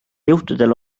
juhtudel